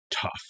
tough